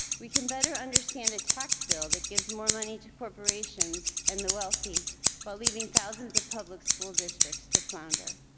we can better understand a tax bill that gives more money to corporations and the wealthy while leaving thousands of public school districts to flounder.